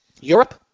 Europe